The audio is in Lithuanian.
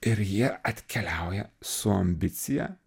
ir jie atkeliauja su ambicija